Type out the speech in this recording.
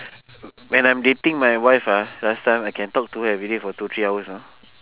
when I'm dating my wife ah last time I can talk to her everyday for two three hours you know